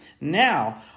Now